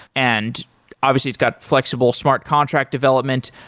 and obviously it's got flexible smart contract development.